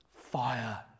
Fire